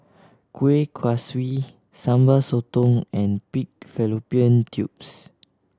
Kuih Kaswi Sambal Sotong and pig fallopian tubes